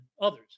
others